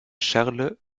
charles